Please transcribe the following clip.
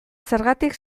zergatik